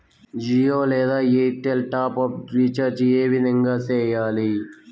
జియో లేదా Airtel top up recharge ఏ విధంగా సేయాలి